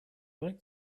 like